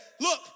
look